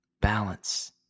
Balance